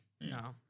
No